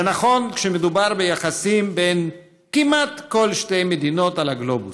זה נכון כשמדובר ביחסים בין כמעט כל שתי מדינות על הגלובוס,